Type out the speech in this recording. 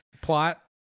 Plot